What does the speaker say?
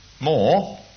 more